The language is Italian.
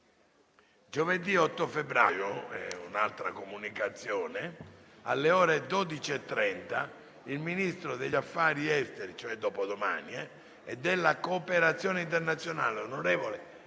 giovedì 8 febbraio, alle ore 12,30, il ministro degli affari esteri e della cooperazione internazionale,